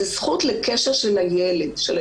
זו זכות לקשר של הילדים.